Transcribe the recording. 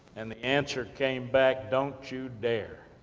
and the answer came back, don't you dare.